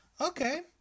Okay